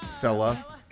fella